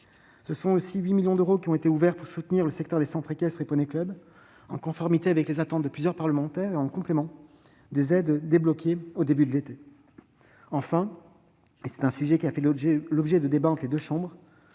Par ailleurs, 8 millions d'euros ont été ouverts pour soutenir le secteur des centres équestres et poneys-clubs, en conformité avec les attentes de plusieurs parlementaires et en complément des aides débloquées au début de l'été. Enfin- c'est un sujet qui a fait l'objet de débats entre les deux chambres